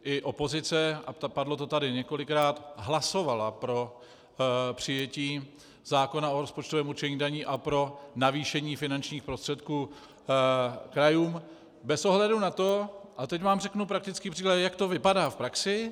I opozice, a padlo to tady několikrát, hlasovala pro přijetí zákona o rozpočtovém určení daní a pro navýšení finančních prostředků krajům bez ohledu na to a teď vám řeknu praktický příklad, jak to vypadá v praxi.